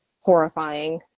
horrifying